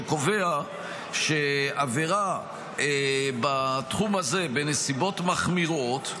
שקובע שעבירה בתחום הזה בנסיבות מחמירות,